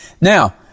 Now